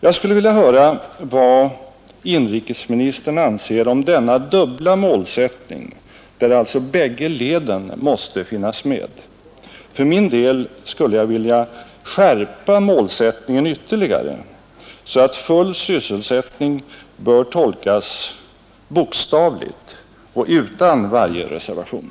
Jag skulle vilja höra vad inrikesministern anser om denna dubbla målsättning, där alltså bägge leden måste finnas med. För min del skulle jag vilja skärpa målsättningen ytterligare så att full sysselsättning bör tolkas bokstavligt och utan varje reservation.